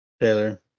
Taylor